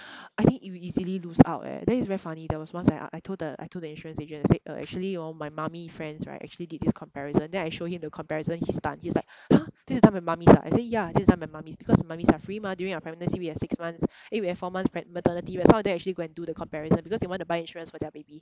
I think it will easily lose out eh that it's very funny there was once I I told the I told the insurance agent I said uh actually hor my mummy friends right actually did this comparison then I show him the comparison he stun he's like !huh! this is done by mummies ah I say ya this is done by mummies because the mummies are free mah during our pregnancy we have six months eh we have four months preg~ maternity right some of them actually go and do the comparison because they want to buy insurance for their baby